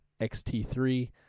XT3